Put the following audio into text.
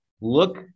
Look